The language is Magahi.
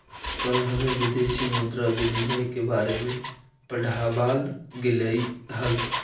कल हमें विदेशी मुद्रा विनिमय के बारे में पढ़ावाल गेलई हल